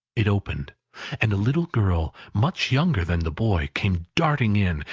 it opened and a little girl, much younger than the boy, came darting in,